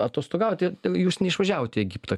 atostogauti jūs neišvažiavot į egiptą